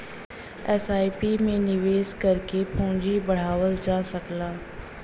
SIP में निवेश करके पूंजी बढ़ावल जा सकला